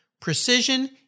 precision